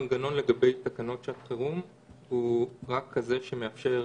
המנגנון לגבי תקנות שעת חירום הוא רק כזה שמאפשר